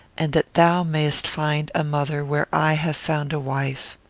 and that thou mayest find a mother where i have found a wife!